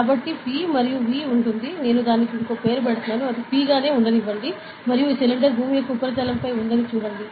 కాబట్టి P మరియు V ఉంది నేను దీనికి పేరు పెడుతున్నాను అది P గా ఉండనివ్వండి మరియు ఈ సిలిండర్ భూమి యొక్క ఉపరితలంపై ఉందని చూడండి